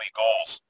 goals